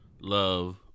love